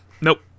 Nope